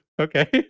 okay